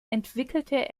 entwickelte